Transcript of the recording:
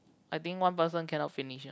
I think one person cannot finish ah